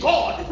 God